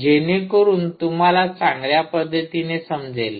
जेणेकरून तुम्हाला चांगल्या पद्धतीने समजेल